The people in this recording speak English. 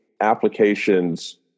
applications